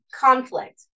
conflict